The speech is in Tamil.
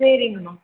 சரிங்கம்மா